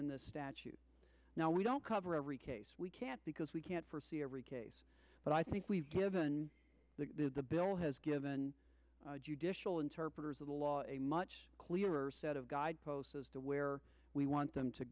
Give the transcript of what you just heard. in the statute now we don't cover every case we can't because we can't forsee every case but i think we've given the the bill has given judicial interpreters of the law a much clearer set of guideposts as to where we want them to